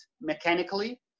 mechanically